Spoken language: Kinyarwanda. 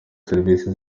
serivise